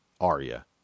Arya